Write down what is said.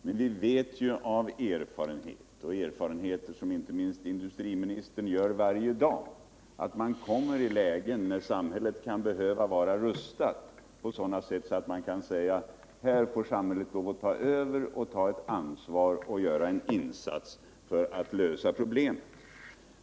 Men vi vet av erfarenhet — erfarenheter som inte minst industriministern gör varje dag — att man hamnar i lägen där Nr 107 samhället kan behöva vara rustat på sådant sätt att man kan säga: Här får Måndagen den samhället lov att ta över, ta ansvaret och göra en insats för att lösa 3 april 1978 problemet.